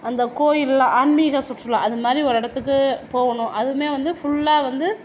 அந்த கோயிலெலாம் ஆன்மீக சுற்றுலா அது மாதிரி ஒரு இடத்துக்கு போகணும் அதுவுமே வந்து ஃபுல்லாக வந்து